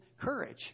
courage